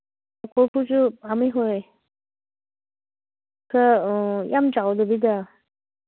ꯀꯣꯔꯐꯨꯁꯨ ꯄꯥꯝꯃꯤ ꯍꯣꯏ ꯈꯔ ꯌꯥꯝ ꯆꯥꯎꯗꯕꯤꯗ